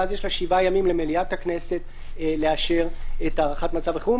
ואז יש שבעה ימים למליאת הכנסת לאשר את הארכת מצב החירום.